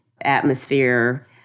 atmosphere